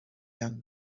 young